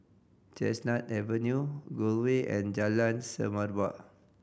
Chestnut Avenue Gul Way and Jalan Semerbak